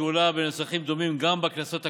שהועלתה בנוסחים דומים גם בכנסות הקודמות,